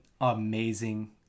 amazing